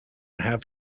have